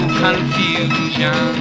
confusion